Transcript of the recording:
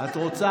אבל אני בדקתי